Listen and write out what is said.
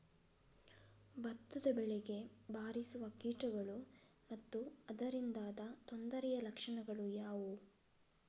ಭತ್ತದ ಬೆಳೆಗೆ ಬಾರಿಸುವ ಕೀಟಗಳು ಮತ್ತು ಅದರಿಂದಾದ ತೊಂದರೆಯ ಲಕ್ಷಣಗಳು ಯಾವುವು?